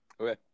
okay